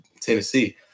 Tennessee